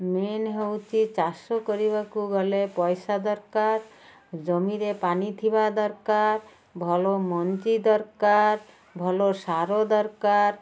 main ହେଉଛି ଚାଷ କରିବାକୁ ଗଲେ ପଇସା ଦରକାର ଜମିରେ ପାଣି ଥିବା ଦରକାର ଭଲ ମଞ୍ଜି ଦରକାର ଭଲ ସାର ଦରକାର